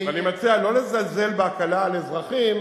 ואני מציע לא לזלזל בהקלה על האזרחים.